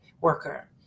worker